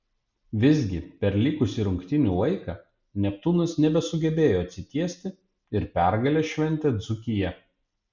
visgi per likusį rungtynių laiką neptūnas nebesugebėjo atsitiesti ir pergalę šventė dzūkija